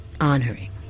honoring